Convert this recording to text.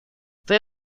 fue